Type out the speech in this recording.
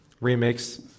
remakes